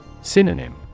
Synonym